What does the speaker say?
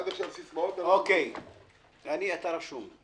עד עכשיו סיסמאות, ולא עשינו כלום.